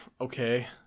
okay